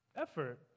effort